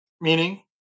Meaning